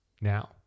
now